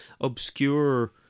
obscure